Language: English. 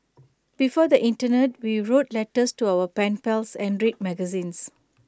before the Internet we wrote letters to our pen pals and read magazines